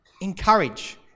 Encourage